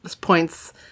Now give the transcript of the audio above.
points